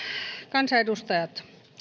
kansanedustajat